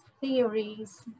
theories